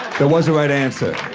that was the right answer.